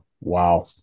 Wow